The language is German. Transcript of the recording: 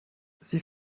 sie